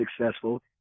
successful